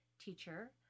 teacher